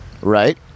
Right